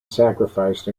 sacrificed